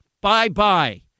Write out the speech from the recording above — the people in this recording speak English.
bye-bye